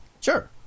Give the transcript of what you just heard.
sure